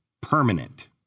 permanent